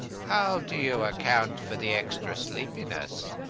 how do you account for the extra sleepiness?